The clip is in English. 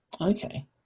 okay